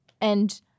and-